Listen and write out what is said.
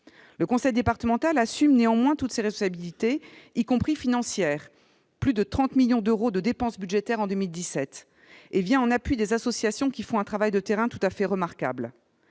Le conseil départemental assume néanmoins toutes ses responsabilités, y compris financières- plus de 30 millions d'euros de dépenses budgétaires en 2017 -et vient en appui des associations, qui font un travail de terrain tout à fait remarquable.